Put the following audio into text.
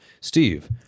Steve